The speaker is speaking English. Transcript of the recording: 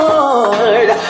Lord